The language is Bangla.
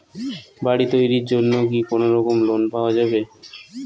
বাড়ি তৈরির জন্যে কি কোনোরকম লোন পাওয়া যাবে?